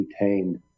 retained